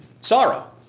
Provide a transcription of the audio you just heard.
sorrow